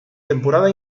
temporada